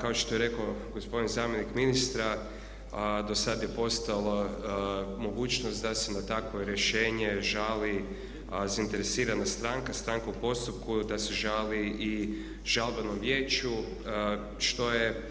Kao što je rekao gospodin zamjenik ministra do sad je postojala mogućnost da se na takvo rješenje žali zainteresirana stranka, stranka u postupku, da se želi i žalbenom vijeću što je